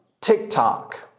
TikTok